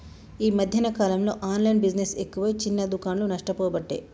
ఈ మధ్యన కాలంలో ఆన్లైన్ బిజినెస్ ఎక్కువై చిన్న దుకాండ్లు నష్టపోబట్టే